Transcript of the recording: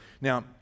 now